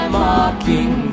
mocking